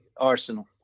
Arsenal